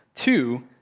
Two